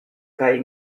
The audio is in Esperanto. kaj